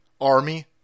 army